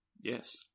Yes